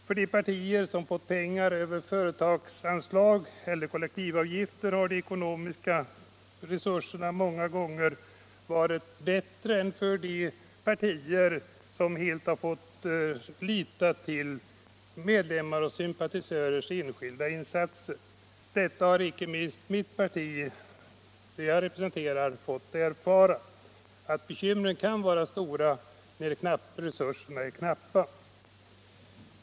För de partier som har fått pengar över företagsanslag eller kollektivavgifter har de ekonomiska resurserna många gånger varit bättre än för de partier som helt fått lita till medlemmars och sympatisörers enskilda insatser. Inte minst det parti som jag representerar har fått erfara att bekymren kan vara stora när resurserna är knappa.